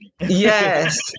Yes